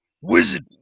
Wizard